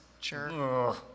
Sure